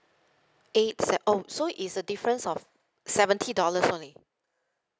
eight se~ oh so it's a difference of seventy dollars only